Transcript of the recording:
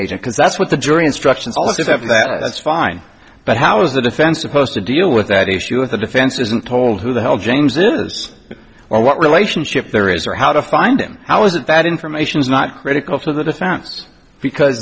agent because that's what the jury instructions also have that that's fine but how is the defense supposed to deal with that issue with the defense isn't told who the hell james this or what relationship there is or how to find him how is it that information is not critical to the defense because